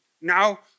Now